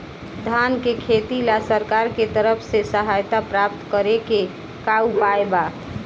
धान के खेती ला सरकार के तरफ से सहायता प्राप्त करें के का उपाय बा?